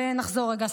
ונחזור רגע,